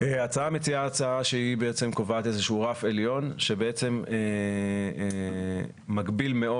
ההצעה מציעה הצעה שקובעת רף עליון שמגביל מאוד